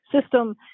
system